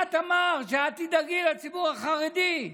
את אמרת שאת תדאגי לציבור החרדי.